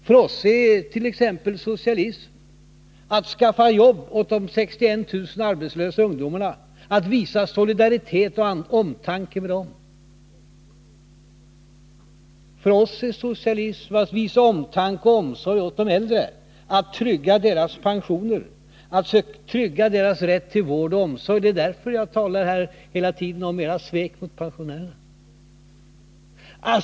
För oss är socialism t.ex. att skaffa jobb åt de 61 000 arbetslösa ungdomarna och att visa solidaritet med och omtanke om dem. För oss är socialism att visa omtanke och omsorg om de äldre, att trygga deras pensioner, att trygga deras rätt till vård och omsorg. Det är därför jag hela tiden här har talat om ert svek mot pensionärerna.